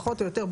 פחות או יותר,